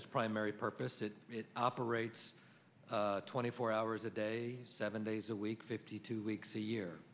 his primary purpose it operates twenty four hours a day seven days a week fifty two see year